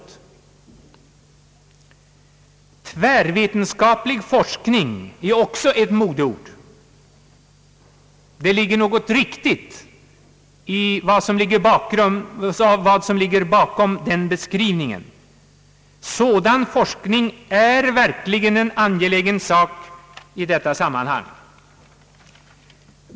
Tvärvetenskaplig forskning är också ett modeord. Det är något riktigt i vad som ligger bakom den beskrivningen. Sådan forskning är verkligen en angelägen sak i detta sammanhang.